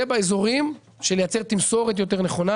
זה באזורים של לייצר תמסורת יותר נכונה.